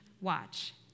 watch